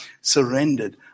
surrendered